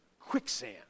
quicksand